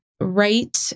right